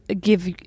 give